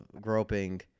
groping